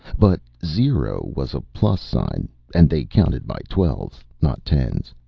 but zero was a plus sign. and they counted by twelves, not tens.